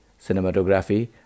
cinematography